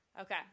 Okay